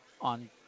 on